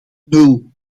nul